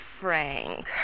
Frank